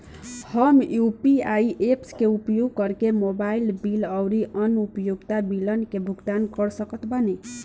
हम UPI apps के उपयोग करके मोबाइल बिल आउर अन्य उपयोगिता बिलन के भुगतान कर सकत बानी